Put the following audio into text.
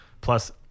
plus